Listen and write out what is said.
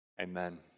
Amen